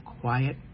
quiet